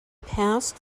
passed